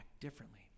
differently